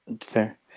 Fair